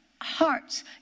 hearts